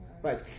Right